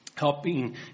helping